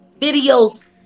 videos